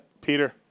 Peter